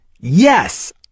Yes